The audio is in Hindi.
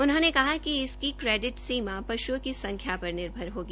उन्होंने कहा कि इसकी क्रेडिट सीमा पशुओं की संख्या पर निर्भर होगी